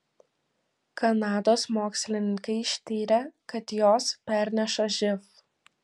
kanados mokslininkai ištyrė kad jos perneša živ